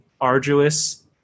arduous